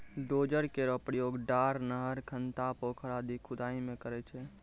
dozer केरो प्रयोग डार, नहर, खनता, पोखर आदि क खुदाई मे काम करै छै